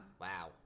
Wow